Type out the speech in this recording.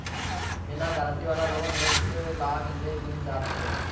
बिना गारंटी वाला लोन एक लाख ले मिल जात हवे